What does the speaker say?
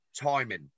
timing